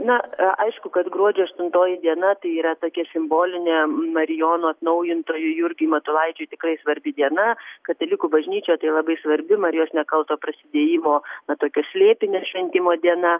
na aišku kad gruodžio aštuntoji diena tai yra tokia simbolinė marijono atnaujintojui jurgiui matulaičiui tikrai svarbi diena katalikų bažnyčioje tai labai svarbi marijos nekalto prasidėjimo na tokia slėpinio šventimo diena